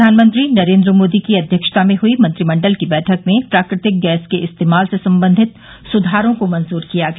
प्रधानमंत्री नरेंद्र मोदी की अध्यक्षता में हुई मंत्रिमंडल की बैठक में प्राकृतिक गैस के इस्तेमाल से संबंधित सुधारों को मंजूर किया गया